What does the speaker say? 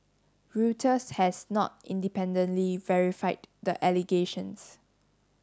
Reuters has not independently verified the allegations